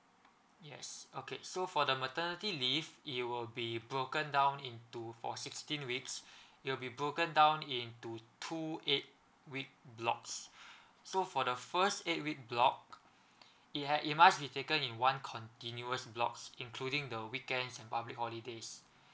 yes okay so for the maternity leave it will be broken down into for sixteen weeks it will be broken down into two eight week blocks so for the first eight week block it had it must be taken in one continuous blocks including the weekends and public holidays